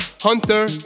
Hunter